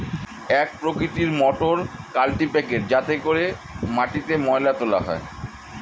এক প্রকৃতির মোটর কাল্টিপ্যাকের যাতে করে মাটিতে ময়লা তোলা হয়